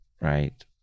right